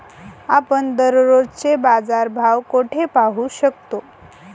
आपण दररोजचे बाजारभाव कोठे पाहू शकतो?